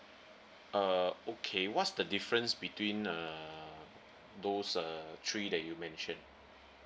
uh okay what's the difference between uh those uh three that you mentioned